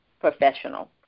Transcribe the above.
professional